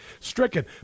stricken